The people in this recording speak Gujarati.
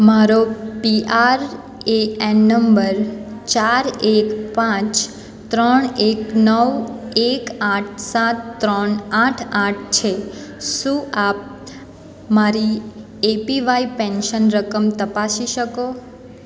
મારો પી આર એ એન નંબર ચાર એક પાંચ ત્રણ એક નવ એક આઠ સાત ત્રણ આઠ આઠ છે શું આપ મારી એપીવાય પેન્શન રકમ તપાસી શકો